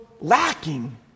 lacking